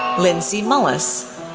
lynseay mullis,